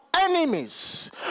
enemies